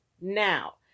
Now